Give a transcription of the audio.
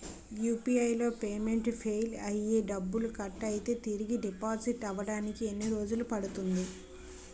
UPI లో payment fail అయ్యి డబ్బులు కట్ అయితే తిరిగి డిపాజిట్ అవ్వడానికి ఎన్ని రోజులు పడుతుంది?